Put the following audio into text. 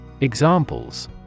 Examples